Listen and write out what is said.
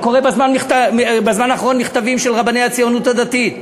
אני קורא בזמן האחרון מכתבים של רבני הציונות הדתית.